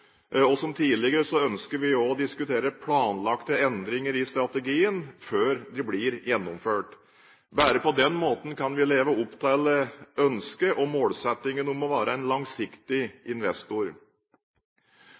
investeringer. Som tidligere ønsker vi også å diskutere planlagte endringer i strategien før de blir gjennomført. Bare på den måten kan vi leve opp til ønsket og målsettingen om å være en langsiktig